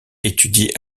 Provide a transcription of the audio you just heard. étudie